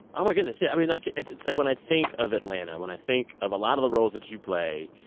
oh, my goodness, yeah. i mean, like, it's, like, when i think of atlanta, when i think of a lot of the roles that you play,